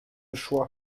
choix